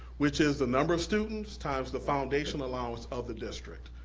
which is the number of students times the foundation allowance of the district.